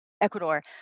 Ecuador